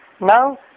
Now